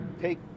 take